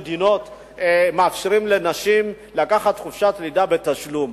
שמאפשרות לנשים לקחת חופשת לידה בתשלום.